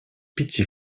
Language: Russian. пяти